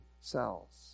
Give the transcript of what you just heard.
cells